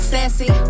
Sassy